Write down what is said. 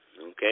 Okay